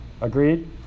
Agreed